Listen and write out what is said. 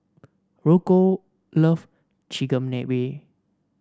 Rocco loves Chigenabe